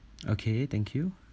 okay thank you